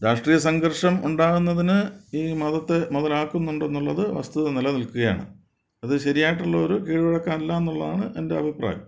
രാഷ്ട്രീയ സംഘർഷം ഉണ്ടാകുന്നതിന് ഈ മതത്തെ മുതലാക്കുന്നുണ്ടെന്നുള്ളത് വസ്തുത നിലനിൽക്കുകയാണ് അത് ശരിയായിട്ടുള്ള ഒരു കീഴ്വഴക്കമല്ല എന്നുള്ളതാണ് എന്റെ അഭിപ്രായം